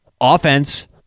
offense